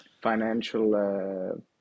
financial